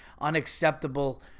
unacceptable